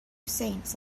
saints